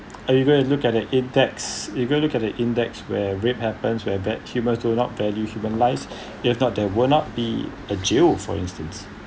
are you gonna look at the index you gonna look at the index where rape happens where bad human do not value human lives if not there will not be a jail for instance